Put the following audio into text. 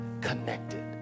connected